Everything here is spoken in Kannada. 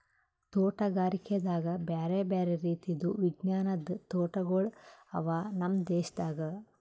ತೋಟಗಾರಿಕೆದಾಗ್ ಬ್ಯಾರೆ ಬ್ಯಾರೆ ರೀತಿದು ವಿಜ್ಞಾನದ್ ತೋಟಗೊಳ್ ಅವಾ ನಮ್ ದೇಶದಾಗ್